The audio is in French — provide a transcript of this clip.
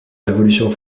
révolution